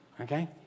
Okay